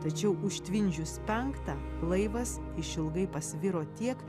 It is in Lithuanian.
tačiau užtvindžius penktą laivas išilgai pasviro tiek